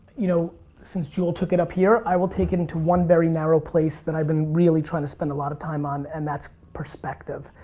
you know since jewel took it up here, i will take into one very narrow place that i've been really try to spend a lot of time on and that's perspective.